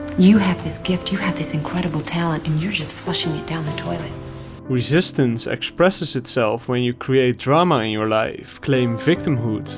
you have this gift. you have this incredible talent, and you're just flushing it down the toilet resistance expresses itself when you create drama in your life, claim victimhood.